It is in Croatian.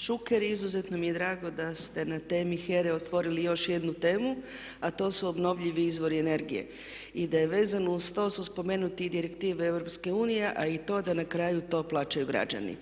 Šuker, izuzetno mi je drago da ste na temi HERA-e otvorili još jednu temu a to su obnovljivi izvori energije. I da je vezano uz to su spomenute direktive Europske unije a i to da na kraju to plaćaju građani.